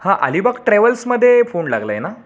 हां अलिबाग ट्रॅवल्समध्ये फोन लागला आहे ना